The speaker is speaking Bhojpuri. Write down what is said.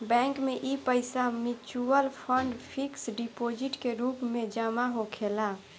बैंक में इ पईसा मिचुअल फंड, फिक्स डिपोजीट के रूप में जमा होखेला